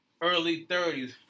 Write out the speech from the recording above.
early-30s